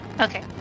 okay